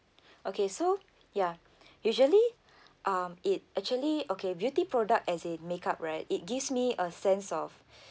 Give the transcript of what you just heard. okay so ya usually um it actually okay beauty product as in makeup right it gives me a sense of